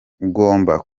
ugomba